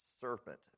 serpent